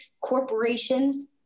corporations